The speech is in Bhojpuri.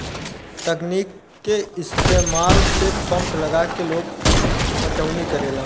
तकनीक के इस्तमाल से पंप लगा के लोग पटौनी करेला